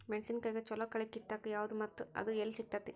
ಮೆಣಸಿನಕಾಯಿಗ ಛಲೋ ಕಳಿ ಕಿತ್ತಾಕ್ ಯಾವ್ದು ಮತ್ತ ಅದ ಎಲ್ಲಿ ಸಿಗ್ತೆತಿ?